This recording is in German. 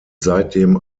seitdem